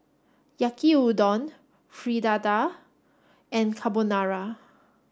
Yaki Udon Fritada and Carbonara